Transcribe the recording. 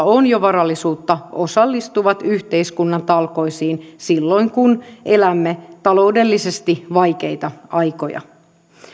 on jo varallisuutta osallistuvat yhteiskunnan talkoisiin silloin kun elämme taloudellisesti vaikeita aikoja